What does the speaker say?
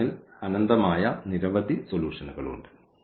മറ്റൊന്നിൽ അനന്തമായ നിരവധി സൊലൂഷൻഉകൾ ഉണ്ട്